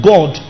God